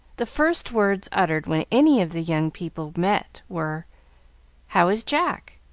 the first words uttered when any of the young people met were how is jack?